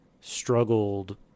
struggled